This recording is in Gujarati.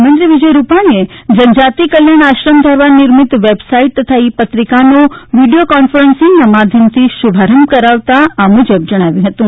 મુખ્યમંત્રી વિજય રૂપાણીએ જનજાતી કલ્યાણ આશ્રમ દ્વારા નિર્મિત વેબસાઈટ તથા ઈ પત્રિકાનો વિડિયો કોન્ફરન્સીંગ માધ્યમથી શુભારંભ કરાવતા આ મુજબ જણાવ્યું હતું